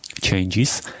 changes